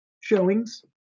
showings